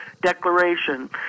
Declaration